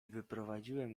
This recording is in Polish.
wyprowadziłem